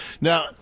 Now